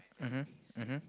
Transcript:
mmhmm mmhmm